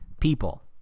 people